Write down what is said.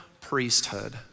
priesthood